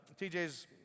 TJ's